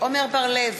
עמר בר-לב,